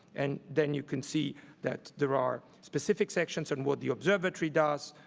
and then you can see that there are specific sections on what the observatory does,